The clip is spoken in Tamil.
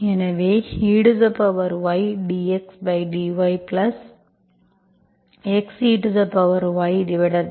எனவே ey dxdyx ey 1 y2ddyx